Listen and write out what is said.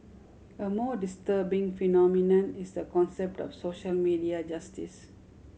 a more disturbing phenomenon is the concept of social media justice